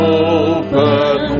open